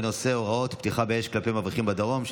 בנושא הוראות פתיחה באש כלפי מבריחים בדרום.